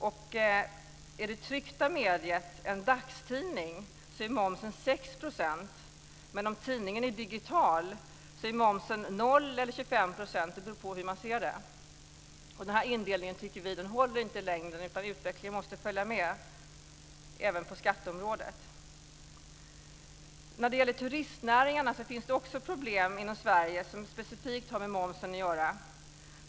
Är det tryckta mediet en dagstidning är momsen eller 25 %, beroende på hur man ser det. Denna indelning håller inte längre. Vi måste följa med i utvecklingen, även på skatteområdet. När det gäller turistnäringarna finns det också problem inom Sverige som specifikt har med momsen att göra.